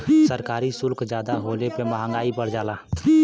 सरकारी सुल्क जादा होले पे मंहगाई बढ़ जाला